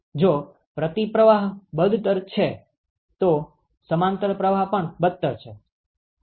જો પ્રતિપ્રવાહ બદતર છે તો સમાંતર પ્રવાહ પણ બદતર છે